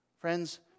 Friends